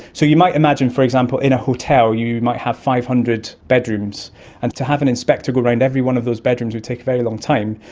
so you might imagine, for example, in a hotel you might have five hundred bedrooms, and to have an inspector go around every one of those bedrooms would take a very long time.